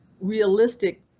realistic